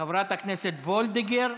חברת הכנסת וולדיגר,